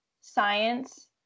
science